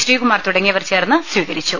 ശ്രീകുമാർ തുടങ്ങിയവർ ചേർന്ന് സ്വീകരിച്ചു